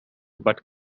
but